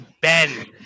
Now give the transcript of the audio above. Ben